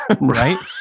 right